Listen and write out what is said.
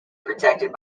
protected